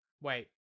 Wait